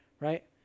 right